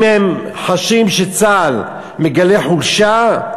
אם הם חשים שצה"ל מגלה חולשה,